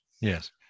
yes